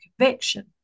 conviction